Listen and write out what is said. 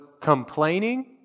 complaining